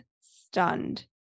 stunned